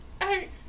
Hey